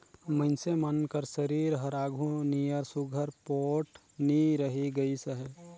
मइनसे मन कर सरीर हर आघु नियर सुग्घर पोठ नी रहि गइस अहे